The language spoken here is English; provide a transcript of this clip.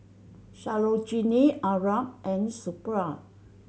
Sarojini Arnab and Suppiah